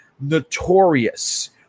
notorious